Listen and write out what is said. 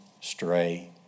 stray